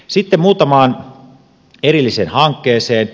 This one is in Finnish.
sitten muutamaan erilliseen hankkeeseen